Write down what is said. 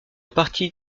partie